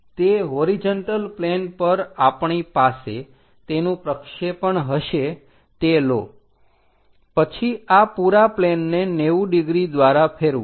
તે horizontal plane પર આપણી પાસે તેનું પ્રક્ષેપણ હશે તે લો પછી આ પુરા પ્લેનને 90 ડિગ્રી દ્વારા ફેરવો